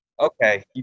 Okay